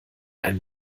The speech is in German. ein